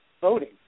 voting